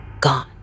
gone